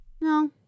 No